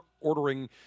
ordering